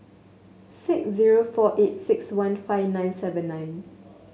six zero four eight six one five nine seven nine